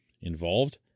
involved